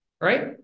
Right